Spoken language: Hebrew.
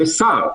לשר,